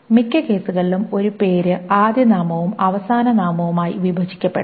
മിക്ക കേസുകളിലും ഒരു പേര് ആദ്യനാമവും അവസാന നാമവുമായി വിഭജിക്കപ്പെടാം